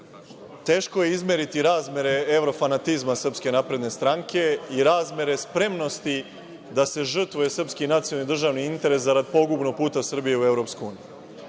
teško je izmeriti razmere evrofanatizma SNS i razmere spremnosti da se žrtvuje srpski nacionalni državni interes zarad pogubnog puta Srbije u EU.Ono